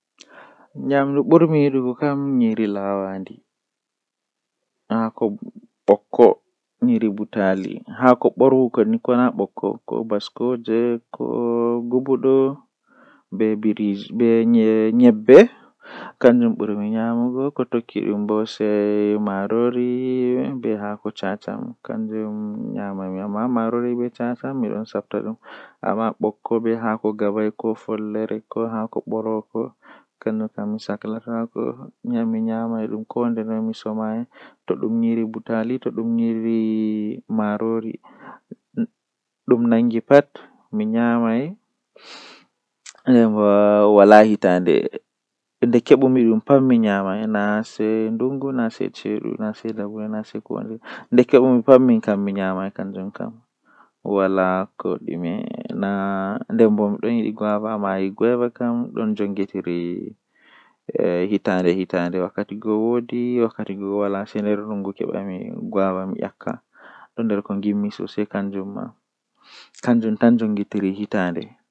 Zaane don geera don woittina nokkure amin ngam don woitina dum masin, Don wada dum hoosa hakkilo mabbe dasa hakkilo himbe waroobe himbe egaa feere ma to andi woodi kobe warata be laara boddum be waran be tokkan yobugo ceede ngam be nasta be laara haamon.